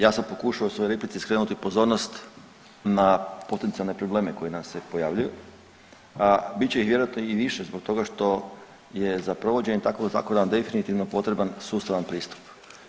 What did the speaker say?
Ja sam pokušao u svojoj replici skrenuti pozornost na potencijalne probleme koji nam se pojavljuju, a bit će ih vjerojatno i više zbog toga što je za provođenje takvog zakona definitivno potreban sustavan pristup.